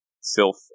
sylph